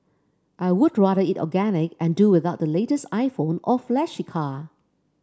I would rather eat organic and do without the latest iPhone or flashy car